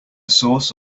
source